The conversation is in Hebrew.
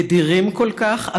נדירים כל כך,